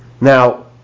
now